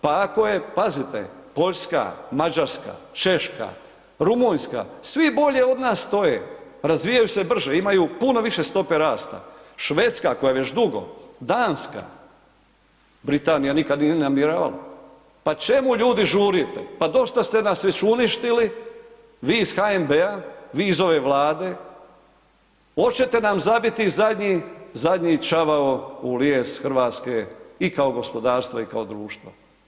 Pa ako je pazite Poljska, Mađarska, Češka, Rumunjska, svi bolje od nas stoje, razvijaju se brže, imaju puno više stope rasta, Švedska koja je već dugo, Danska, Britanija nikad nije ni namjeravala, pa čemu ljudi žurite, pa dosta ste nas već uništili vi iz HNB-a, vi iz ove Vlade, očete nam zabiti zadnji, zadnji čavao u lijes Hrvatske i kao gospodarstva i kao društva.